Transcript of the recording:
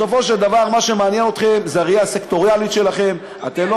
בסופו של דבר מה שמעניין אתכם זה הראייה הסקטוריאלית שלכם.